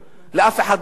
לאף אחד לא אכפת,